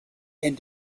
and